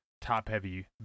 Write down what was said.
top-heavy